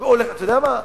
אתה יודע מה,